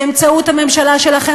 באמצעות הממשלה שלכם,